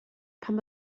pan